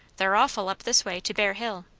they're awful, up this way, to bear hill.